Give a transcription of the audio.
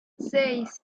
seis